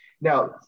Now